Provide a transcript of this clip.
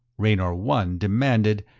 raynor one demanded,